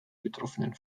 betroffenen